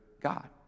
God